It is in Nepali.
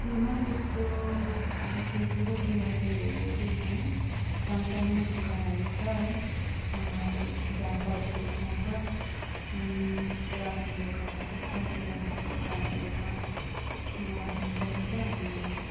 हाम्रोमा त्यस्तो ठुल्ठुलो व्यवसायहरू त केही छैन सानो सानो दोकानहरू छ है जहाँ सब्जीहरू पाउँछ अनि रासिन दोकानहरू छ त्यो रासिन दोकानहरूमा रासिन पाइन्छ अनि